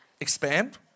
expand